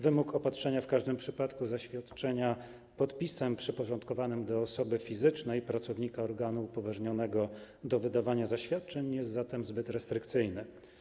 Wymóg opatrzenia w każdym przypadku zaświadczenia podpisem przyporządkowanym do osoby fizycznej - pracownika organu upoważnionego do wydawania zaświadczeń - jest zatem zbyt restrykcyjny.